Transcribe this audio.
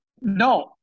no